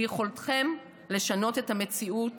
ביכולתכם לשנות את המציאות